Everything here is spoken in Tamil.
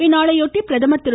இந்நாளை ஒட்டி பிரதமர் திரு